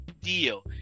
deal